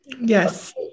Yes